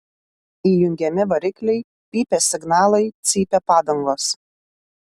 įjungiami varikliai pypia signalai cypia padangos